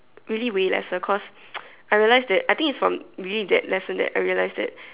really way lesser cause I realized that I think it's from really that lesson that I realized that